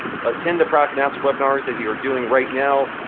attend the product announcement webinars as you're doing right now,